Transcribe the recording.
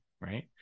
right